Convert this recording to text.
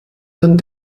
dann